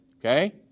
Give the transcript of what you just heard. okay